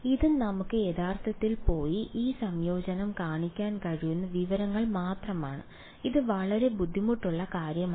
ഇത് നമുക്ക് യഥാർത്ഥത്തിൽ പോയി ഈ സംയോജനം കാണിക്കാൻ കഴിയുന്ന വിവരങ്ങൾ മാത്രമാണ് ഇത് വളരെ ബുദ്ധിമുട്ടുള്ള കാര്യമല്ല